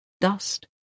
Dust